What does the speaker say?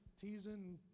teasing